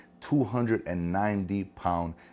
290-pound